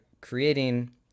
creating